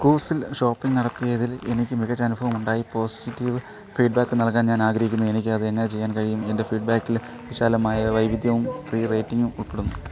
കൂവ്സിൽ shopping നടത്തിയതിൽ എനിക്ക് മികച്ച അനുഭവം ഉണ്ടായി പോസിറ്റീവ് ഫീഡ്ബാക്ക് നൽകാൻ ഞാൻ ആഗ്രഹിക്കുന്നു എനിക്ക് അത് എങ്ങനെ ചെയ്യാൻ കഴിയും എൻ്റെ ഫീഡ്ബാക്കിൽ വിശാലമായ വൈവിധ്യവും ത്രീ റേറ്റിംഗും ഉൾപ്പെടുന്നു